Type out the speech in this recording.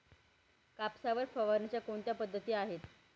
कापसावर फवारणीच्या कोणत्या पद्धती आहेत?